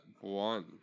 one